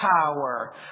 power